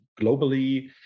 globally